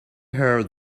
heard